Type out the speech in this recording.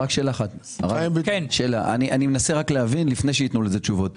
אני מנסה להבין לפני שייתנו לזה תשובות.